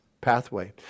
pathway